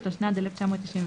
תשנ"ד-1994,"